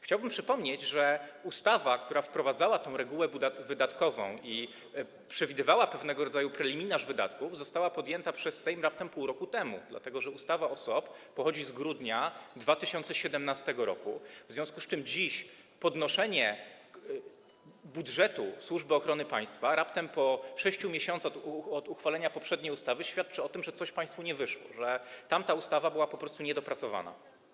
Chciałbym przypomnieć, że ustawa, która wprowadzała tę regułę wydatkową i przewidywała pewnego rodzaju preliminarz wydatków, została uchwalona przez Sejm raptem pół roku temu, dlatego że ustawa o SOP pochodzi z grudnia 2017 r., w związku z czym zwiększanie dziś budżetu Służby Ochrony Państwa raptem po 6 miesiącach od uchwalenia poprzedniej ustawy świadczy o tym, że coś państwu nie wyszło, że tamta ustawa była po prostu niedopracowana.